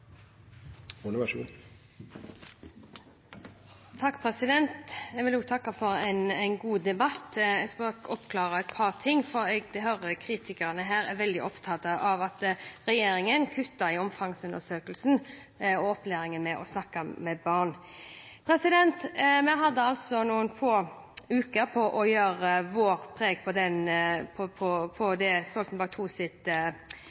Jeg vil også takke for en god debatt. Jeg skal oppklare et par ting, for jeg hører at kritikerne er veldig opptatt av at regjeringen kutter i midlene til omfangsundersøkelsen og opplæringen i å snakke med barn. Vi hadde noen få uker på å sette vårt preg på